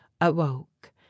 awoke